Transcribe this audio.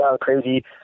crazy